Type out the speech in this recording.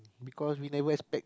because we never expect